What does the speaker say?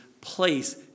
place